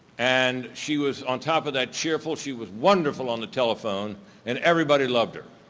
and she was on top of that cheerful, she was wonderful on the telephone and everybody loved her.